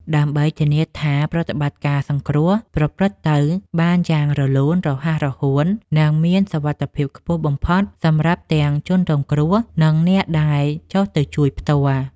ដើម្បីធានាថាប្រតិបត្តិការសង្គ្រោះប្រព្រឹត្តទៅបានយ៉ាងរលូន រហ័សរហួន និងមានសុវត្ថិភាពខ្ពស់បំផុតសម្រាប់ទាំងជនរងគ្រោះ និងអ្នកដែលចុះទៅជួយផ្ទាល់។